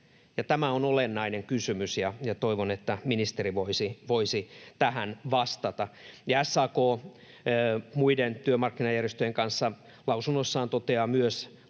Tämä on olennainen kysymys, ja toivon, että ministeri voisi tähän vastata. SAK muiden työmarkkinajärjestöjen kanssa lausunnossaan toteaa myös: